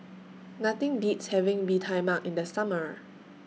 Nothing Beats having Bee Tai Mak in The Summer